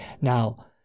Now